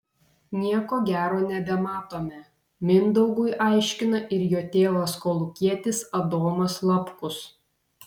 nieko gero nebematome mindaugui aiškina ir jo tėvas kolūkietis adomas lapkus